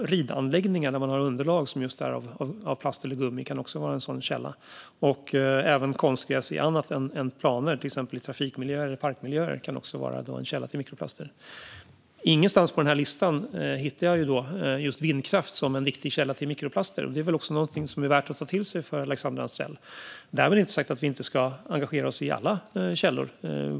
Ridanläggningar med underlag av plast eller gummi kan också vara en sådan källa. Även konstgräs i annat än planer, till exempel i trafikmiljöer och parkmiljöer, kan vara en källa till mikroplaster. Ingenstans på den här listan hittar jag just vindkraft som en viktig källa till mikroplaster, och det är väl också något som är värt att ta till sig för Alexandra Anstrell. Därmed inte sagt att vi inte ska engagera oss i alla källor.